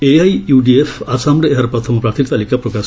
AIUDF ଆସାମରେ ଏହାର ପ୍ରଥମ ପ୍ରାର୍ଥୀ ତାଲିକା ପ୍ରକାଶ